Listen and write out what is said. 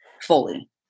fully